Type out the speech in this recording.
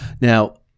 Now